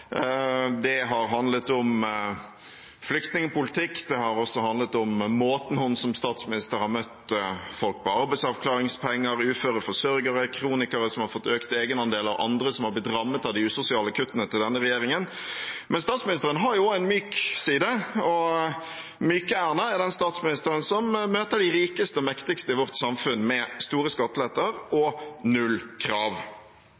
Det har handlet om flyktningpolitikk, det har også handlet om måten hun som statsminister har møtt folk på, folk på arbeidsavklaringspenger, uføre forsørgere, kronikere som har fått økt egenandel og andre som har blitt rammet av de usosiale kuttene til denne regjeringen. Men statsministeren har også en myk side, og Myke-Erna er den statsministeren som møter de rikeste og mektigste i vårt samfunn med store skatteletter og null krav.